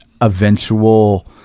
eventual